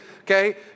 okay